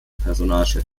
personalchef